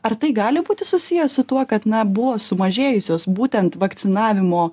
ar tai gali būti susiję su tuo kad na buvo sumažėjusios būtent vakcinavimo